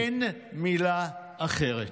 אין מילה אחרת.